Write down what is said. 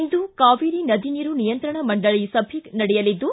ಇಂದು ಕಾವೇರಿ ನದಿ ನೀರು ನಿಯಂತ್ರಣ ಮಂಡಳಿ ಸಭೆ ನಡೆಯಲಿದ್ದು